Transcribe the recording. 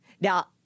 Now